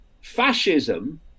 fascism